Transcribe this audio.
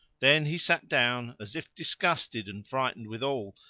then he sat down, as if disgusted and frightened withal,